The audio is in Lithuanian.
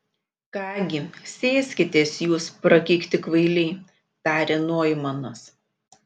ką gi sėskitės jūs prakeikti kvailiai tarė noimanas